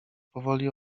powoli